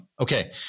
Okay